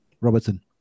Robertson